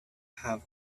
have